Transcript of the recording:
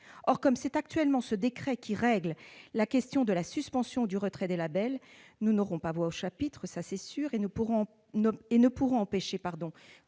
Or, comme c'est actuellement ce décret qui règle la question de la suspension du retrait des labels, nous n'aurons pas voix au chapitre- c'est certain -et nous ne pourrons empêcher,